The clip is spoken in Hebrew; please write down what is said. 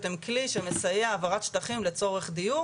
הן כלי שמסייע בהעברת שטחים לצורך דיור.